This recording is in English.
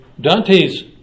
Dante's